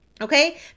okay